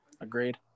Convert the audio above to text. Agreed